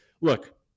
look